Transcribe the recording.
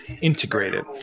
integrated